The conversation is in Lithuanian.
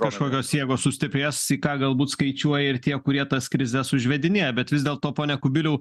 kažkokios jėgos sustiprės į ką galbūt skaičiuoja ir tie kurie tas krizes užvedinėja bet vis dėlto pone kubiliau